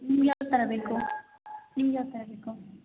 ನಿಮ್ಗ ಯಾವ ಥರ ಬೇಕು ನಿಮ್ಗ ಯಾವ ಥರ ಬೇಕು